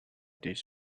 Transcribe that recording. this